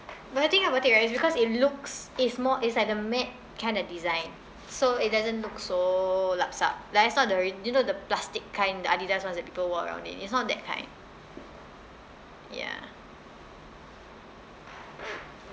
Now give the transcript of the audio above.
but you think about it right it's because it looks if more it's like the matte kind of design so it doesn't look so lap sap like it's not the re~ you know the plastic kind the Adidas ones that people wore around in it's not that kind ya